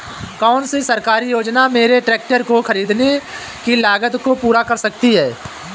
कौन सी सरकारी योजना मेरे ट्रैक्टर को ख़रीदने की लागत को पूरा कर सकती है?